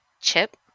chip